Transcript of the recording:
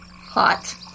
Hot